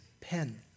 pen